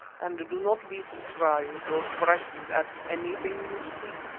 and do not be surprised or frightened at anything you see.